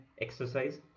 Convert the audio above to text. exercise